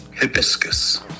Hibiscus